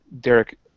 Derek